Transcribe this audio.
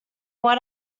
what